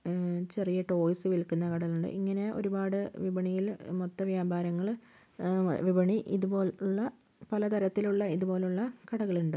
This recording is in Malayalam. ചെറിയ ടോയിസ് വിൽക്കുന്ന കടകൾ ഇങ്ങനെ ഒരുപാട് വിപണിയിൽ മൊത്ത വ്യാപാരങ്ങൾ വിപണി ഇതുപോലുള്ള പല തരത്തിലുള്ള ഇതുപോലുള്ള കടകളുണ്ട്